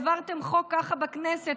העברתם חוק ככה בכנסת,